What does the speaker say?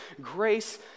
grace